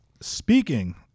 speaking